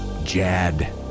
Jad